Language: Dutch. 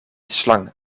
slang